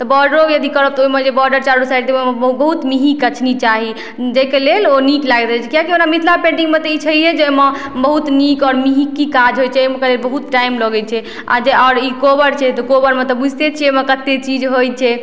तऽ बॉर्डरो यदि करब तऽ ओइमे जे बॉर्डर चारु साइड देबय ओइमे बहुत मेँही कचनी चाही जैके लेल ओ नीक लागैत रहय छै किएक कि ओना मिथिला पेन्टिंगमे तऽ ई छैये जे ओइमे बहुत नीक आओर मेंहिकी काज होइ छै ओकर बहुत टाइम लगय छै आओर जे आओर ई कोहबर छै तऽ कोहबरमे तऽ बुझितइ छियै ओइमे कते चीज होइ छै